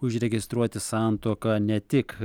užregistruoti santuoką ne tik